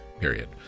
period